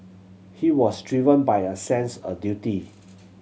he was driven by a sense a duty